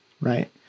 right